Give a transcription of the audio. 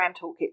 toolkit